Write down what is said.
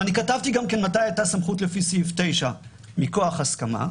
ואני כתבתי גם מתי הייתה סמכות לפי סעיף 9 מכוח הסכמה,